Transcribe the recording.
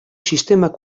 sistemak